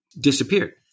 disappeared